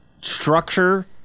structure